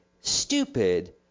stupid